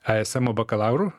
aiesemo bakalaurų